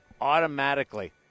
automatically –